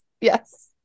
Yes